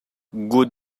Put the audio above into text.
good